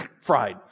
fried